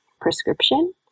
prescription